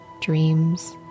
dreams